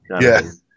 Yes